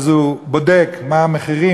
אז הוא בודק מה המחירים,